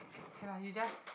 okay lah you just